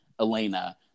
elena